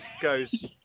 goes